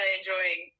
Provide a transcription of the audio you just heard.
enjoying